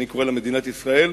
שאני קורא לה מדינת ישראל,